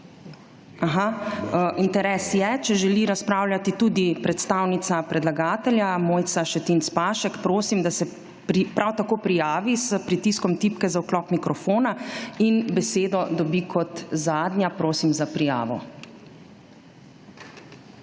Interes je. Če želi razpravljati tudi predstavnica predlagatelja Mojca Šetinc Pašek, prosim, da se prav tako prijavi s pritiskom tipke za vklop mikrofona in besedo dobi kot zadnja. Prosim za prijave.